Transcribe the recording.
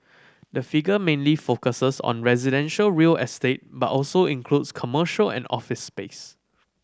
the figure mainly focuses on residential real estate but also includes commercial and office space